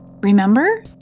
Remember